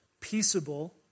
peaceable